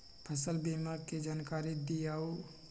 फसल बीमा के जानकारी दिअऊ?